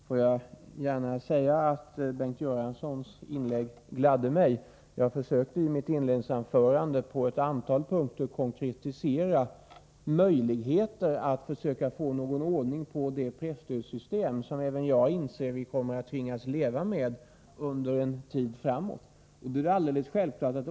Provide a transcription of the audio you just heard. Fru talman! Låt mig säga att Bengt Göranssons inlägg gladde mig. I mitt inledningsanförande försökte jag att på ett antal punkter konkretisera möjligheterna att få ordning på det presstödssystem som även jag inser att vi kommer att tvingas leva med under en tid framöver.